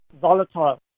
volatile